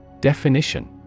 Definition